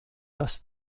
dass